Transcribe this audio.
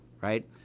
right